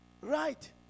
Right